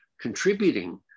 contributing